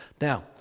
Now